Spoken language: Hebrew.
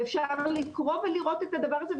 ואפשר לקרוא ולראות את הדבר הזה.